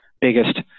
biggest